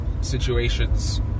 situations